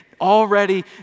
already